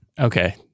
Okay